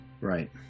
Right